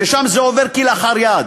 ששם זה עובר כלאחר יד.